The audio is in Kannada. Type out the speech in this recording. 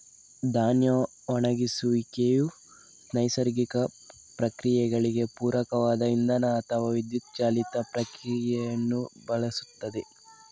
ಧಾನ್ಯ ಒಣಗಿಸುವಿಕೆಯು ನೈಸರ್ಗಿಕ ಪ್ರಕ್ರಿಯೆಗಳಿಗೆ ಪೂರಕವಾದ ಇಂಧನ ಅಥವಾ ವಿದ್ಯುತ್ ಚಾಲಿತ ಪ್ರಕ್ರಿಯೆಗಳನ್ನು ಬಳಸುತ್ತದೆ